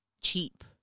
cheap